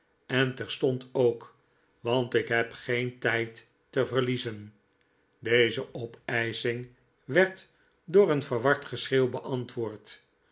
en terstond ook want ik heb geen tijdte veriiezen deze opeisching werd door een verward geschreeuw beantwoord